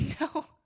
no